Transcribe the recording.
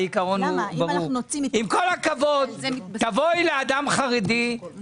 הרשימה הערבית המאוחדת):